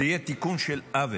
זה יהיה תיקון של עוול.